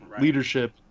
leadership